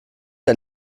der